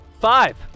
Five